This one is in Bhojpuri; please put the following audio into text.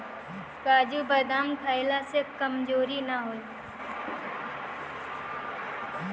काजू बदाम खइला से कमज़ोरी ना होला